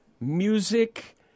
music